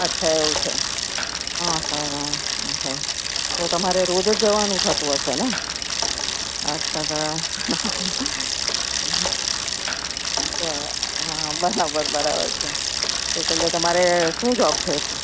અચ્છા એવું છે અહં અહં તો તમારે રોજ જ જવાનું થતું હશે ને અચ્છા હા બરાબર બરાબર છે તો છેલ્લે તમારે શું જોબ છે